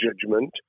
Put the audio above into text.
judgment